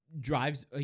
drives